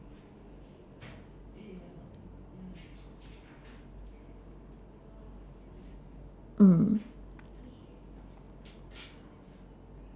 mm